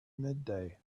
midday